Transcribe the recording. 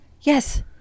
Yes